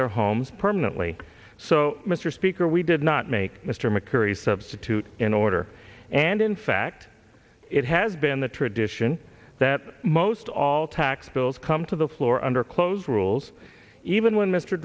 their homes permanently so mr speaker we did not make mr mccurry substitute in order and in fact it has been the tradition that most all tax bills come to the floor under close rules even when mr